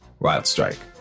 Wildstrike